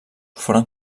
foren